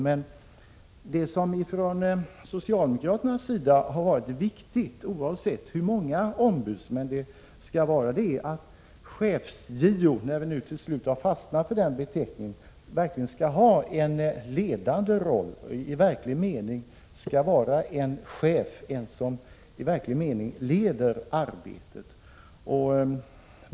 Men det som för socialdemokraterna har varit viktigt, oävsett hur många ombudsmän det skall vara, är att chefs-JO — när vi nu till slut har fastnat för den beteckningen — verkligen skall ha en ledande roll, skall vara en chef som i verklig mening leder arbetet.